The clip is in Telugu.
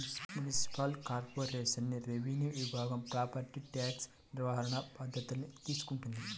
మునిసిపల్ కార్పొరేషన్లోని రెవెన్యూ విభాగం ప్రాపర్టీ ట్యాక్స్ నిర్వహణ బాధ్యతల్ని తీసుకుంటది